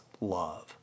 love